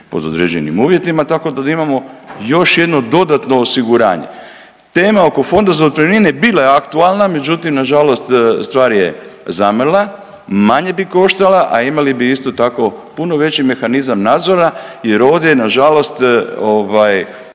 pod određenim uvjetima, tako da imamo još jedno dodatno osiguranje. Tema oko Fonda za otpremnine bila je aktualna, međutim nažalost stvar je zamrla, manje bi koštala, a imali bi isto tako puno veći mehanizam nadzora jer ovdje je nažalost